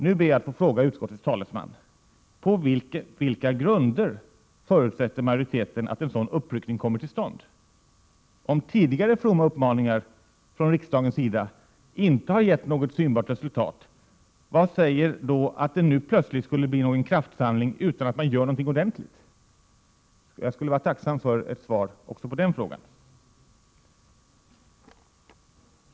Nu ber jag att få fråga utskottets talesman: På vilka grunder förutsätter majoriteten att en sådan uppryckning kommer till stånd? Om tidigare fromma uppmaningar från riksdagens sida inte har gett något synbart resultat, vad är det då som säger att det nu plötsligt skulle bli en kraftsamling utan att man gör något ordentligt? Jag är tacksam för ett svar även på den frågan.